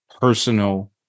personal